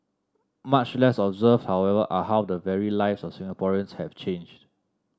much less observed however are how the very lives of Singaporeans have changed